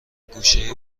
گوشه